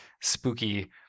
spooky